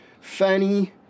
fanny